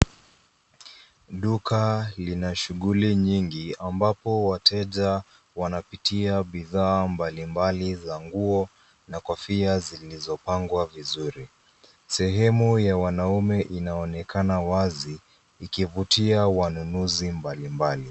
Duka lina shughuli nyingi, ambapo wateja wanapitia bidhaa mbalimbali za nguo na kofia zilizopangwa vizuri. Sehemu ya wanaume inaonekana wazi ikivutia wanunuzi mbalimbali.